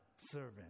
servant